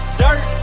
dirt